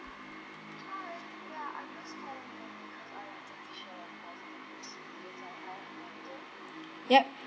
yup